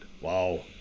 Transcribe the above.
Wow